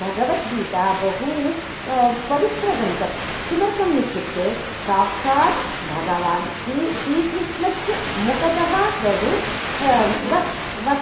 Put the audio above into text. भगवद्गीता बहु पवित्रग्रन्थः किमर्थमित्युक्ते साक्षात् भगवान् श्रीकृष्णस्य मुखतः तद्